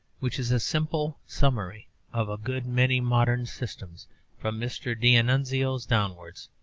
which is a simple summary of a good many modern systems from mr. d'annunzio's downwards.